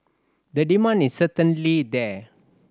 the demand is certainly there